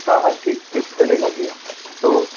हाँ हाँ ठीक ठीक चलेगा भैया तो